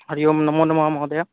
हरिः ओं नमो नमः महोदय